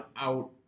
out